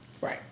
Right